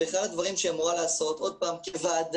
אחד הדברים שהיא אמורה לעשות כוועדה,